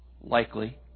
likely